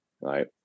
right